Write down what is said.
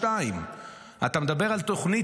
אתה מדבר על תוכנית